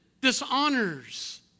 dishonors